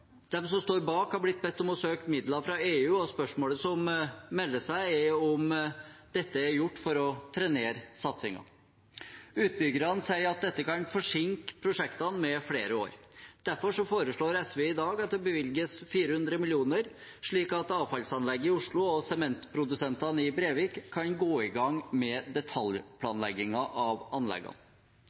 som står bak, har blitt bedt om å søke midler fra EU. Spørsmålet som melder seg, er om dette er gjort for å trenere satsingen. Utbyggerne sier at dette kan forsinke prosjektene med flere år. Derfor foreslår SV i dag at det bevilges 400 mill. kr, slik at avfallsanlegget i Oslo og sementprodusentene i Brevik kan gå i gang med detaljplanleggingen av anleggene.